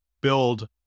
build